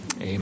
amen